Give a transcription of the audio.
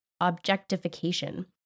objectification